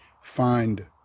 find